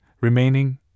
remaining